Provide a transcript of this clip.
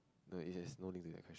no it has no link to that ques~